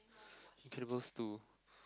Incredibles two